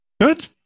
good